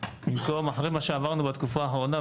אחרי מה שעברנו בתקופה האחרונה,